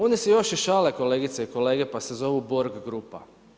Oni se još i šale, kolegice i kolege pa se zovu Borg grupa.